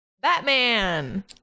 Batman